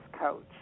coach